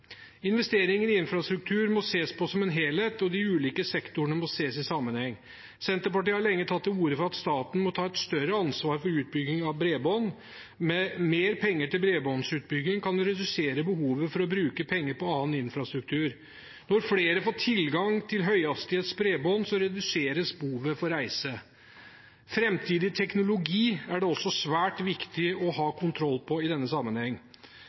Investeringer i infrastruktur må ses på som en helhet, og de ulike sektorene må ses i sammenheng. Senterpartiet har lenge tatt til orde for at staten må ta et større ansvar for utbyggingen av bredbånd. Mer penger til bredbåndsutbygging kan redusere behovet for å bruke penger på annen infrastruktur. Når flere får tilgang til høyhastighetsbredbånd, reduseres behovet for reise. Framtidig teknologi er det også svært viktig å ha kontroll på i denne sammenheng.